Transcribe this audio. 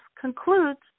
concludes